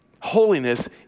holiness